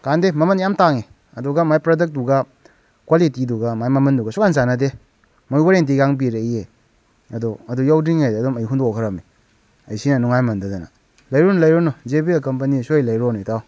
ꯀꯥꯟꯅꯗꯦ ꯃꯃꯟ ꯌꯥꯝ ꯇꯥꯡꯉꯤ ꯑꯗꯨꯒ ꯃꯥꯒꯤ ꯄ꯭ꯔꯗꯛꯇꯨꯒ ꯀ꯭ꯋꯥꯂꯤꯇꯤꯗꯨꯒ ꯃꯥꯒꯤ ꯃꯃꯟꯗꯨꯒ ꯁꯨꯛꯆꯥꯟ ꯆꯥꯟꯅꯗꯦ ꯃꯣꯏ ꯋꯥꯔꯦꯟꯇꯤꯒꯥꯡ ꯄꯤꯔꯛꯏꯌꯦ ꯑꯗꯣ ꯑꯗꯨ ꯌꯧꯗ꯭ꯔꯤꯉꯩꯗ ꯑꯩ ꯍꯨꯟꯗꯣꯛꯈ꯭ꯔꯕꯅꯤ ꯑꯩ ꯁꯤꯖꯤꯟꯅ ꯅꯨꯡꯉꯥꯏꯃꯟꯗꯗꯅ ꯂꯩꯔꯨꯅꯨ ꯂꯩꯔꯨꯅꯨ ꯖꯦ ꯕꯤ ꯑꯦꯜ ꯀꯝꯄꯅꯤ ꯁꯨꯛꯂꯩ ꯂꯩꯔꯣꯅꯨ ꯏꯇꯥꯎ